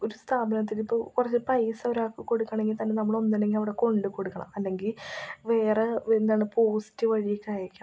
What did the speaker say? ഒരു സ്ഥാപനത്തിൽ ഇപ്പോൾ കുറച്ച് പൈസ ഒരാൾക്ക് കൊടുക്കണമെങ്കിൽ തന്നെ നമ്മൾ ഒന്നുകിൽ അവിടെ കൊണ്ടുകൊടുക്കണം അല്ലെങ്കിൽ വേറെ എന്താണ് പോസ്റ്റ് വഴിയൊക്കെ അയക്കണം